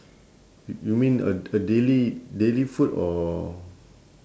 y~ you mean a a daily daily food or